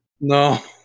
No